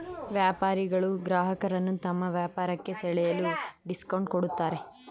ವ್ಯಾಪಾರಿಗಳು ಗ್ರಾಹಕರನ್ನು ತಮ್ಮ ವ್ಯಾಪಾರಕ್ಕೆ ಸೆಳೆಯಲು ಡಿಸ್ಕೌಂಟ್ ಕೊಡುತ್ತಾರೆ